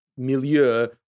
milieu